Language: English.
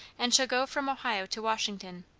and shall go from ohio to washington.